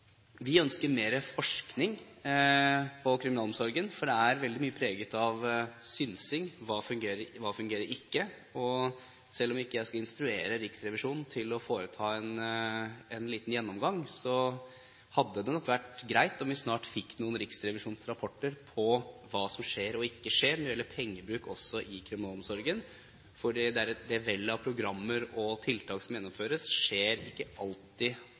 Vi ønsker mer forskning på kriminalomsorgen, for det er veldig mye preg av synsing: Hva fungerer? Hva fungerer ikke? Selv om ikke jeg skal instruere Riksrevisjonen til å foreta en liten gjennomgang, hadde det vært greit om vi snart fikk noen riksrevisjonsrapporter om hva som skjer og ikke skjer når det gjelder pengebruk også i kriminalomsorgen, for det vellet av programmer og tiltak som gjennomføres, skjer ikke alltid